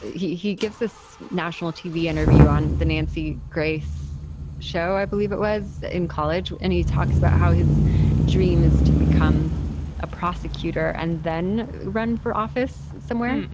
he he gives a national tv interview on the nancy grace show, i believe it was in college. and he talks about how his dream is to become a prosecutor and then run for office somewhere.